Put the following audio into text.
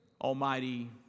almighty